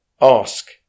ask